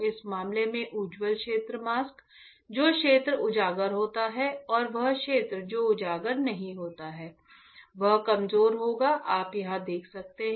इस मामले में उज्ज्वल क्षेत्र मास्क जो क्षेत्र उजागर होता है और वह क्षेत्र जो उजागर नहीं होता है वह कमजोर होगा आप यहां देख सकते हैं